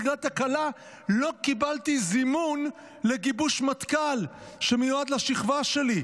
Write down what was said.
בגלל תקלה לא קיבלתי זימון לגיבוש מטכ"ל שמיועד לשכבה שלי.